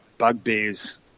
bugbears